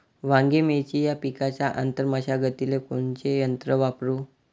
वांगे, मिरची या पिकाच्या आंतर मशागतीले कोनचे यंत्र वापरू?